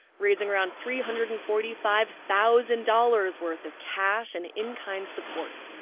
raising around three hundred and forty five thousand dollars worth of cash and in-kind support.